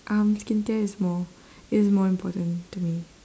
um skincare is more is more important to me